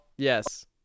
Yes